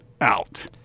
out